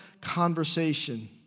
conversation